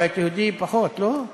הבית היהודי פחות, לא?